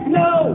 no